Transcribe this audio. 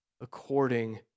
according